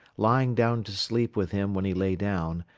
lying down to sleep with him when he lay down,